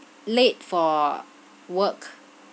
late for work